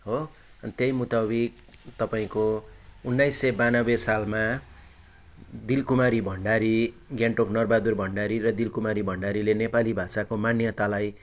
हो त्यही मुताबिक तपाईँको उन्नाइस सय बयान्नब्बे सालमा दिलकुमारी भण्डारी गान्तोक नरबहादुर भण्डारी र दिलकुमारी भण्डारीले नेपाली भाषाको मान्यतालाई